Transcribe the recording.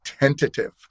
tentative